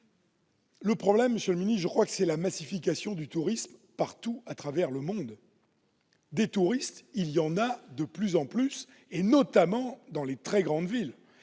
le problème vient, je le crois, de la massification du tourisme partout à travers le monde. Des touristes, il y en a de plus en plus, notamment dans les très grandes villes.